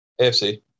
AFC